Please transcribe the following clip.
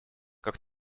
как